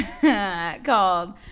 called